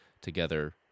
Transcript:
together